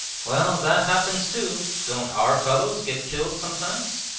well, that happens too! don't our fellows get killed sometimes